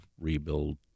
rebuild